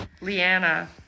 Leanna